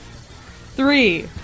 Three